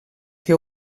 que